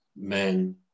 Men